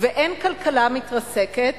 ואין כלכלה מתרסקת